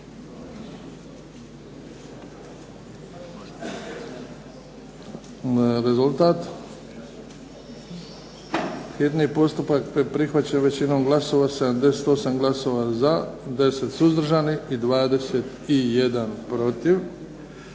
Rezultat? Hitni postupak je prihvaćen većinom glasova, 78 glasova za, 10 suzdržanih i 21 protiv.